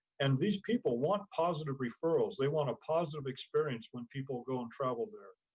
and these people want positive referrals. they want a positive experience when people go and travel there.